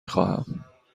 خواهم